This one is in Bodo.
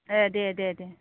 ए दे दे दे